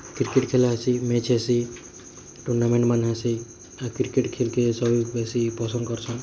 cricket ଖେଲ୍ ଅଛି match ଅସି ଟୁର୍ଣ୍ଣାମେଣ୍ଚ୍ମାନେ ଅସି ଆଉ କ୍ରିକେଟ୍ ଖେଲ୍କେ ସବୁଠୁ ବେଶୀ ପସନ୍ଦ କରିସନ୍